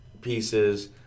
pieces